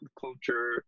culture